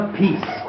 peace